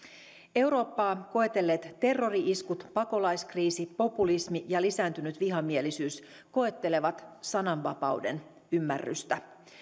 eurooppaa koetelleet terrori iskut pakolaiskriisi populismi ja lisääntynyt vihamielisyys koettelevat sananvapauden ymmärrystä